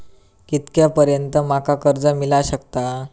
कितक्या पर्यंत माका कर्ज मिला शकता?